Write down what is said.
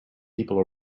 people